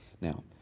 Now